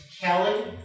Kelly